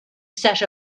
set